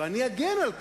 ואני אגן על כך,